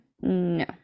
no